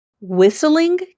Whistling